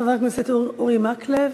חבר הכנסת אורי מקלב,